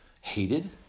hated